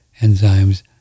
enzymes